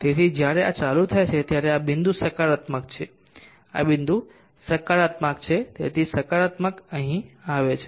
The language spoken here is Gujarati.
તેથી જ્યારે આ ચાલુ થાય છે ત્યારે આ બિંદુ સકારાત્મક છે આ બિંદુ સકારાત્મક છે તેથી સકારાત્મક અહીં આવે છે